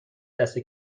دست